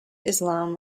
islam